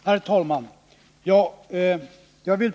Herr talman!